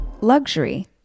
Luxury